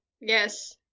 Yes